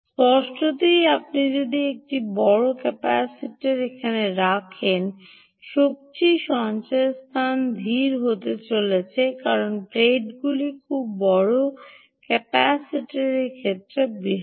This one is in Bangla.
স্পষ্টতই আপনি যদি একটি বড় ক্যাপাসিটার রাখেন এখানে শক্তি সঞ্চয়স্থান ধীর হতে চলেছে কারণ প্লেটগুলি খুব বড় ক্যাপাসিটরের ক্ষেত্র বৃহত